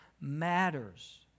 matters